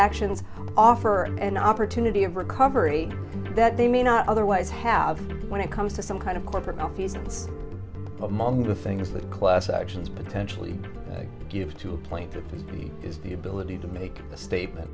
actions offer an opportunity of recovery that they may not otherwise have when it comes to some kind of corporate malfeasance among the things that class actions potentially give to a plaintiff is the ability to make a statement